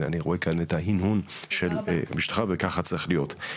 אני רואה כאן את ההנהון וככה צריך להיות.